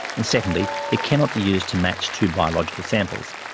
and secondly it cannot be used to match two biological samples,